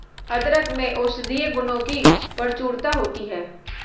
अदरक में औषधीय गुणों की प्रचुरता होती है